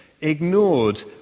ignored